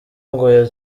ngo